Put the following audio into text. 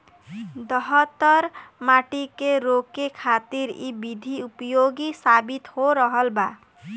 दहतर माटी के रोके खातिर इ विधि उपयोगी साबित हो रहल बा